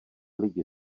lidi